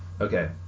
Okay